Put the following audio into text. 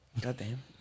Goddamn